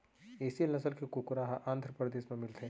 एसील नसल के कुकरा ह आंध्रपरदेस म मिलथे